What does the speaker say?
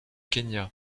kenya